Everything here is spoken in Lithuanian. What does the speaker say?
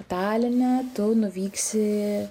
taline tu nuvyksi